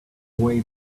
away